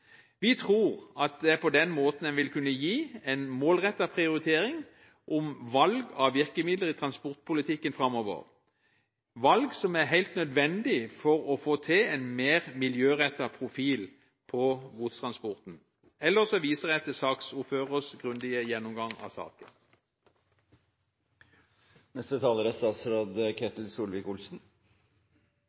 Vi tror at det er på den måten en vil kunne gi en målrettet prioritering av valg av virkemidler i transportpolitikken framover. Dette er valg som er helt nødvendig for å få til en mer miljørettet profil på godstransporten. Jeg viser ellers til saksordførerens grundige gjennomgang av saken. Det er